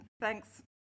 thanks